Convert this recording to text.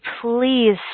please